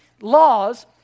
laws